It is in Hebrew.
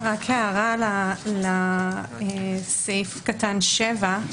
רק הערה לסעיף קטן (7)